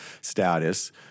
status